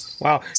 Wow